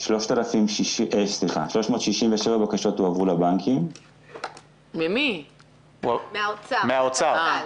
367 בקשות הועברו לבנקים ממשרד האוצר.